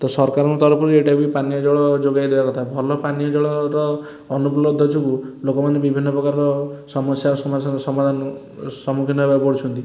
ତ ସରକାରଙ୍କ ତରଫରୁ ଏଇଟା ବି ପାନୀୟଜଳ ଯୋଗାଇ ଦେବା କଥା ଭଲ ପାନୀୟଜଳର ଅନୁପଲବ୍ଧ ଯୋଗୁ ଲୋକମାନେ ବିଭିନ୍ନ ପ୍ରକାର ସମସ୍ୟାର ସମ୍ମୁଖୀନ ହେବାକୁ ପଡ଼ୁଛନ୍ତି